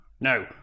no